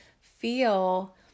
feel